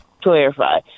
clarify